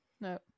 no